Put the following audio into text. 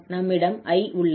நம்மிடம் I உள்ளது